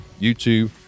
YouTube